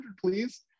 please